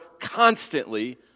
constantly